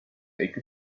take